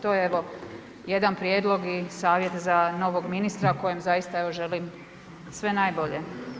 To je, evo jedan prijedlog i savjet za novog ministra kojem zaista evo želim sve najbolje.